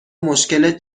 مشکلت